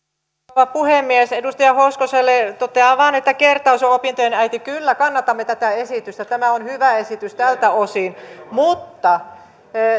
rouva puhemies edustaja hoskoselle totean vain että kertaus on opintojen äiti kyllä kannatamme tätä esitystä tämä on hyvä esitys tältä osin mutta